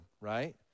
right